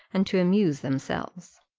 and to amuse themselves.